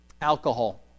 Alcohol